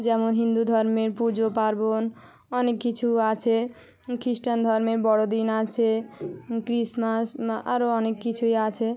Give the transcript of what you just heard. যেমন হিন্দু ধর্মের পুজো পার্বণ অনেক কিছু আছে খ্রিস্টান ধর্মের বড়দিন আছে খ্রিস্টমাস মা আরো অনেক কিছুই আছে